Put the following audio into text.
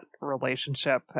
relationship